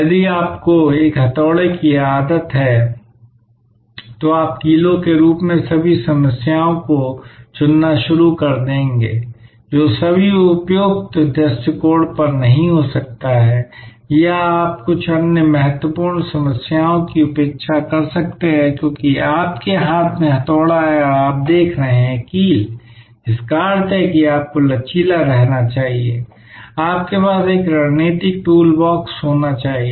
यदि आपको एक हथोड़े की आदत है तो आप कीलो के रूप में सभी समस्याओं को चुनना शुरू कर देंगे जो सभी उपयुक्त दृष्टिकोण पर नहीं हो सकता है या आप कुछ अन्य बहुत महत्वपूर्ण समस्याओं की उपेक्षा कर सकते हैं क्योंकि आपके हाथ में हथौड़ा है और आप देख रहे हैं कील जिसका अर्थ है कि आपको लचीला रहना चाहिए आपके पास एक रणनीतिक टूलबॉक्स होना चाहिए